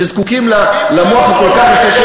שזקוקים למוח הכל-כך יפה,